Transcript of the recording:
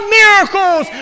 miracles